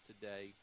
today